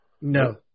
No